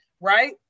right